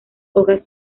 hojas